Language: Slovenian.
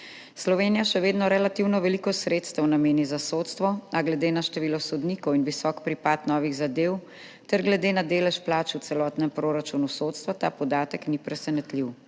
Slovenija še vedno relativno veliko sredstev nameni za sodstvo, a glede na število sodnikov in visok pripad novih zadev ter glede na delež plač v celotnem proračunu sodstva ta podatek ni presenetljiv.